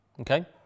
okay